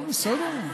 טוב, בסדר.